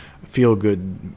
feel-good